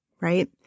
right